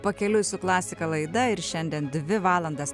pakeliui su klasika laida ir šiandien dvi valandas